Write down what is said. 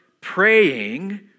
praying